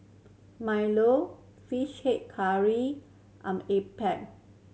milo Fish Head Curry appam